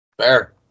Fair